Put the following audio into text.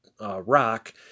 rock